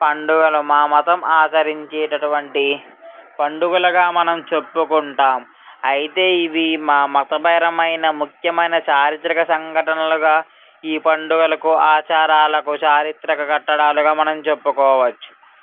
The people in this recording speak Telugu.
పండుగలు మా మతం ఆచరించేటటువంటి పండుగలుగా మనం చెప్పుకుంటాం అయితే ఇవి మా మతపరమైన ముఖ్యమైన చారిత్రక సంఘటనలుగా ఈ పండుగలకు ఆచారాలకు చారిత్రక కట్టడాలుగా మనం చెప్పుకోవచ్చు